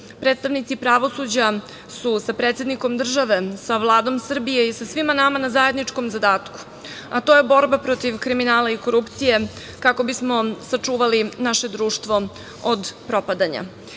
zakonom. Predstavnici pravosuđa su sa predsednikom države, sa Vladom Srbije i sa svima nama na zajedničkom zadatku, a to je borba protiv kriminala i korupcije, kako bi smo sačuvali naše društvo od propadanja.I